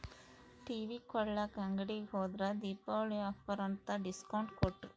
TV ಕೊಳ್ಳಾಕ ಅಂಗಡಿಗೆ ಹೋದ್ರ ದೀಪಾವಳಿ ಆಫರ್ ಅಂತ ಡಿಸ್ಕೌಂಟ್ ಕೊಟ್ರು